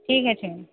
ଠିକ୍ ଅଛି